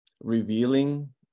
revealing